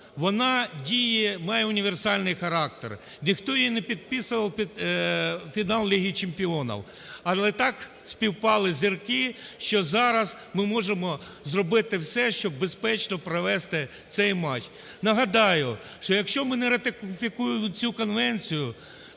діє, має універсальний характер, ніхто її не підписував під фінал Ліги чемпіонів. Але так співпали зірки, що зараз ми можемо зробити все, щоб безпечно провести цей матч. Нагадаю, що якщо ми не ратифікуємо цю конвенцію,